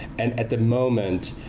and at the moment,